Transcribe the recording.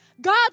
God